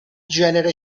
genere